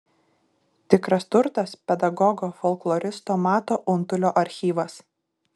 tikras turtas pedagogo folkloristo mato untulio archyvas